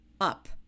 up